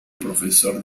profesor